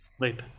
Right